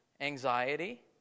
anxiety